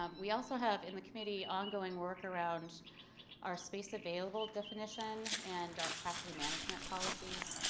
um we also have in the committee ongoing work around our space available definition and our capacity management policies.